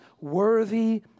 worthy